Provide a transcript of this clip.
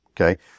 Okay